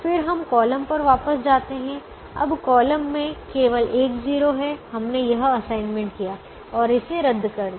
फिर हम कॉलम पर वापस जाते हैं अब कॉलम में केवल एक 0 है हमने यह असाइनमेंट किया और इसे रद्द कर दिया